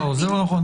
זה לא נכון.